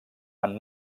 amb